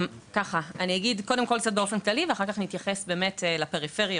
אגיד קצת באופן כללי ואחר כך אתייחס לפריפריות